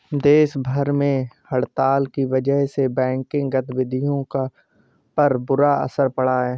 देश भर में हड़ताल की वजह से बैंकिंग गतिविधियों पर बुरा असर पड़ा है